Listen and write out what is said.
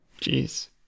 Jeez